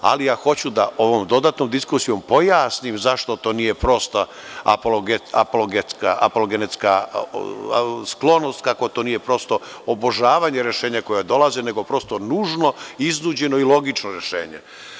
Ali, ja hoću da ovom dodatnom diskusijom pojasnim zašto to nije prosta apologenetska sklonost, kako to nije prosto obožavanje rešenja koja dolaze, nego prosto nužno, iznuđeno i logično rešenje.